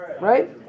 Right